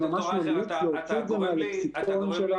אני ממש --- כשהוציאו את זה מהלקסיקון שלנו.